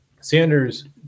Sanders